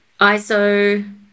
ISO